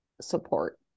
support